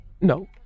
No